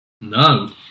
no